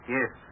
Yes